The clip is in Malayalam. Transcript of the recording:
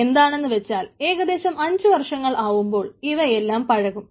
എന്താണെന്ന് വെച്ചാൽ ഏകദേശം അഞ്ചു വർഷങ്ങൾ ആവുമ്പോൾ ഇവ എല്ലാം പഴകും